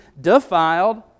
defiled